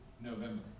November